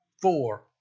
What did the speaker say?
four